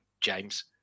James